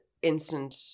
instant